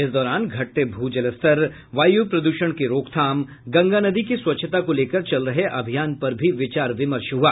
इस दौरान घटते भू जलस्तर वायू प्रद्रषण की रोकथाम गंगा नदी की स्वच्छता को लेकर चल रहे अभियान पर भी विचार विमर्श हुआ